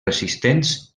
resistents